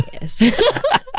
Yes